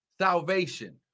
salvation